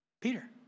Peter